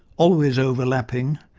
always overlapping,